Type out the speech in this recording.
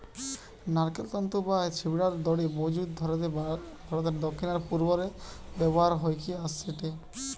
নারকেল তন্তু বা ছিবড়ার দড়ি বহুযুগ ধরিকি ভারতের দক্ষিণ আর পূর্ব রে ব্যবহার হইকি অ্যাসেটে